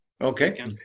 Okay